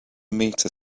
meter